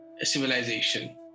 civilization